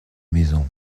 maison